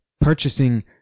purchasing